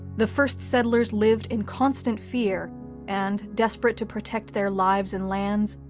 the first settlers lived in constant fear and, desperate to protect their lives and lands,